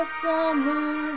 summer